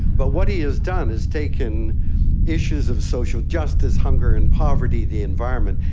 but what he has done is taken issues of social justice, hunger and poverty, the environment,